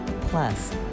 Plus